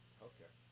healthcare